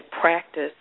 practice